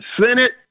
Senate